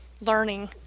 learning